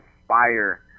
inspire